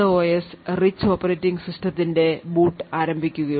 S rich operating സിസ്റ്റത്തിന്റെ boot ആരംഭിക്കുകയുള്ളൂ